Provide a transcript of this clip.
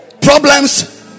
Problems